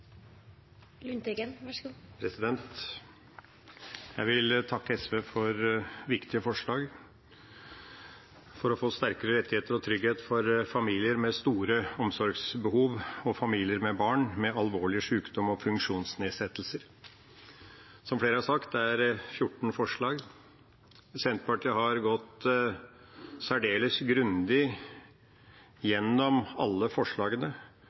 Jeg vil takke SV for viktige forslag for å få sterkere rettigheter og trygghet for familier med store omsorgsbehov og familier med barn med alvorlig sjukdom og funksjonsnedsettelser. Som flere har sagt, dreier det seg om 14 forslag. Senterpartiet har gått særdeles grundig igjennom alle forslagene